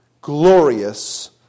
glorious